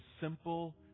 simple